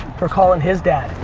for calling his dad.